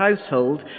household